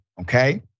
okay